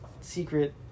secret